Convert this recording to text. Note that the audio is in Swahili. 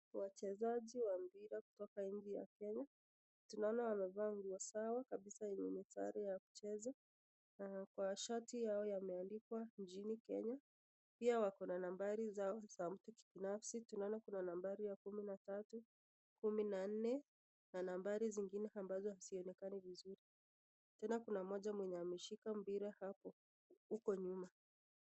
Wachezaji wa mpira kutoka nchi ya Kenya. Tunaona wamevaa nguo zao kabisa yenye ni sare ya mchezo na kwa shati yao yameandikwa nchini Kenya. Pia wako na nambari zao za mtu kibinafsi. Tunaona kuna nambari ya kumi na tatu, kumi na nne na nambari zingine ambazo hazionekani vizuri. Tena kuna mmoja mwenye ameshika mpira hapo, huko nyuma.